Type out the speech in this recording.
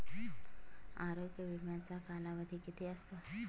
आरोग्य विम्याचा कालावधी किती असतो?